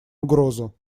угрозу